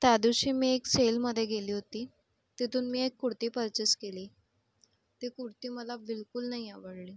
त्या दिवशी मी एक सेलमध्ये गेले होते तिथून मी एक कुडती पर्चेस केली ती कुडती मला बिलकुल नाही आवडली